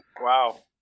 Wow